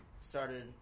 Started